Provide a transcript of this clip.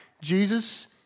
Jesus